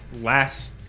last